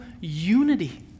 unity